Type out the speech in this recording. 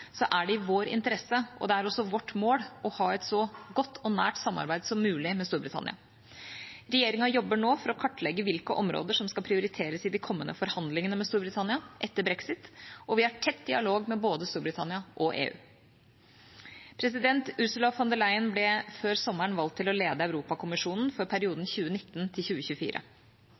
er det i vår interesse, og det er også vårt mål, å ha et så godt og nært samarbeid som mulig med Storbritannia. Regjeringa jobber nå med å kartlegge hvilke områder som skal prioriteres i de kommende forhandlingene med Storbritannia, etter brexit, og vi har tett dialog med både Storbritannia og EU. Ursula von der Leyen ble før sommeren valgt til å lede Europakommisjonen for perioden